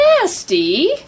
Nasty